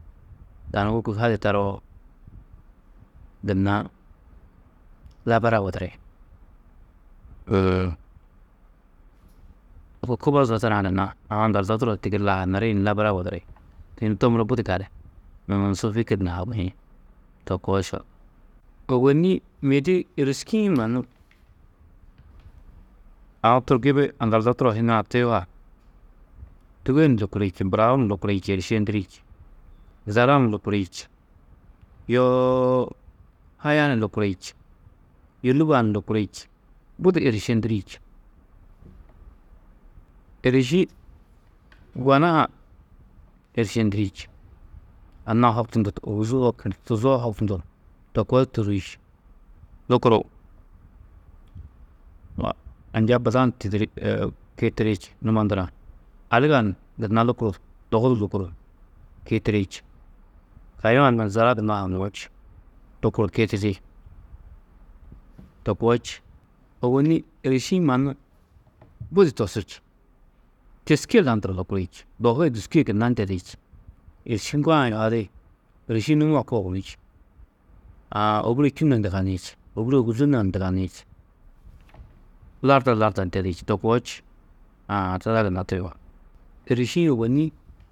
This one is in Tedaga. Tani wôku hadi taroo, gunna labara wuduri, uũ wôku kubo zo tarã gunna aũ aŋgaldo turo ho tigiri lahaniri ni labara wuduri. Yunu to muro budi gali uũ su fîkir i haŋiĩ, to koo ša, ôwonni mêdi êriskii-ĩ mannu aũ turo gibi aŋgaldo turo ho hinirã tuyuha, Tîge ni lukuri či, Burau ni lukuri či, êrišendiri či, Zala ni lukuri či, yoo Haya ni lukuri či, yûlubaa ni lukuri či, budi êrišendiri či. Êriši gona ha êrišendiri či, anna hoktundu du ôguzuu hoktundu, tuzoo hoktundu, to koo di tûrri či, lukuru anja buda ni tidirî kiitiri či, numo ndurã, aliga ni gunna lukuru, dogu du lukuru kiitiri či, kayuã na Zala gunnoó haŋuú či, lukuru kiitiri, to koo či. Ôwonni êriši-ĩ mannu budi tosú či, têske landuru lukuri či, dohu yê dûski yê gunna ndedi či, êriši ŋgoo-ã yuhadi, êriši nûu-ã koo gunú či, aã ôbure čû na ndugani či, ôbure ôguzuu na ni ndugani či, larda, larda ndedi či, to koo či. Aã tada gunna tuyuha. Êriši-ĩ ôwonni.